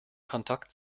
kontakt